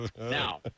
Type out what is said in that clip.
Now